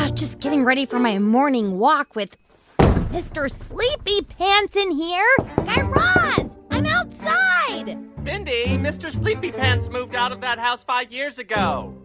ah just getting ready for my morning walk with mr. sleepy pants in here guy raz, i'm outside and mindy, mr. sleepy pants moved out of that house five years ago.